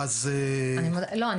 לא,